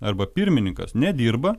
arba pirmininkas nedirba